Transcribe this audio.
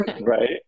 Right